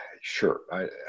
sure